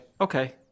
okay